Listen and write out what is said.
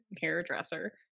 hairdresser